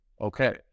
Okay